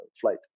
flight